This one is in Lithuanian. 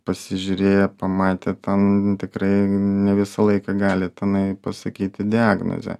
pasižiūrėję pamatę ten tikrai ne visą laiką gali tenai pasakyti diagnozę